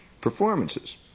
performances